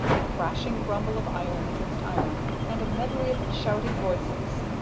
a crashing rumble of iron against iron, and a medley of shouting voices.